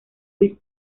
luis